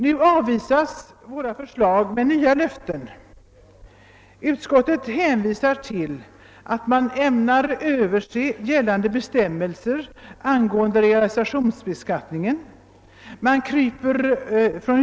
Nu avvisas våra förslag med nya löften. Utskottet hänvisar till att gällande bestämmelser angående realisationsvinstbeskattningen skall överses.